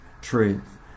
truth